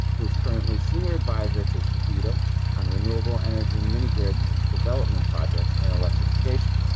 who is currently senior advisor to tatedo on renewable energy mini grids development projects and electrification.